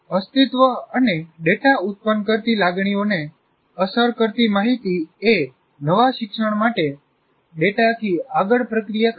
અસ્તિત્વ અને ડેટા ઉત્પન્ન કરતી લાગણીઓને અસર કરતી માહિતી એ નવા શિક્ષણ માટે ડેટાથી આગળ પ્રક્રિયા કરે છે